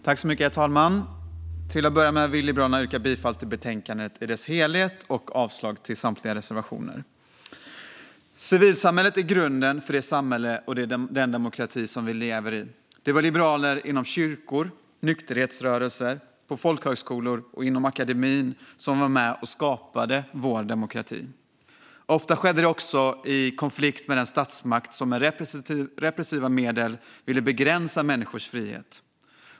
Herr talman! Till att börja med vill Liberalerna yrka bifall till förslaget i betänkandet och avslag på samtliga reservationer. Civilsamhället är grunden för det samhälle och den demokrati som vi lever i. Det var liberaler inom kyrkor och nykterhetsrörelser, på folkhögskolor och inom akademin som var med och skapade vår demokrati. Ofta skedde det i konflikt med den statsmakt som med repressiva medel ville begränsa människors frihet.